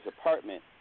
apartment